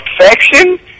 Affection